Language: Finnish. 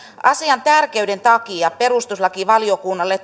asian tärkeyden takia perustuslakivaliokunnalla